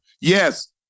Yes